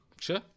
Sure